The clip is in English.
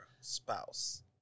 spouse